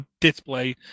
display